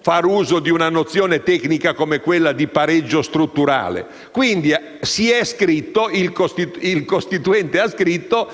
fare uso di una nozione tecnica come quella di pareggio strutturale, quindi il costituente ha scritto